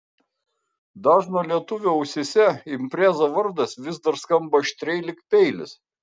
dažno lietuvio ausyse impreza vardas vis dar skamba aštriai lyg peilis